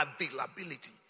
availability